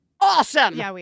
awesome